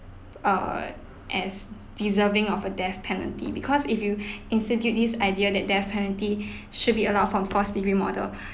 err as deserving of a death penalty because if you institute this idea that death penalty should be allowed for first degree murder